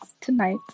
tonight